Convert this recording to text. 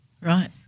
Right